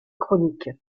chroniques